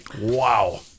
Wow